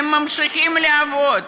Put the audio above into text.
הם ממשיכים לעבוד,